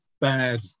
bad